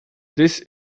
this